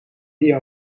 die